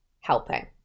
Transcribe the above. helping